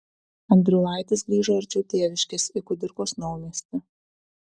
andriulaitis grįžo arčiau tėviškės į kudirkos naumiestį